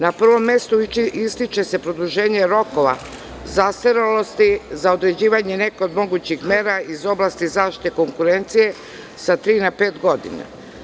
Na prvom mestu ističe se produženje rokova zastarelosti za određivanje neke od mogućih mera iz oblasti zaštite konkurencije sa tri na pet godina.